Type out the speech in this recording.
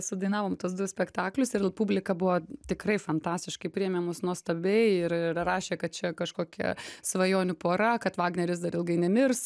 sudainavom tuos du spektaklius ir l publika buvo tikrai fantastiškai priėmė mus nuostabiai ir ir rašė kad čia kažkokia svajonių pora kad vagneris dar ilgai nemirs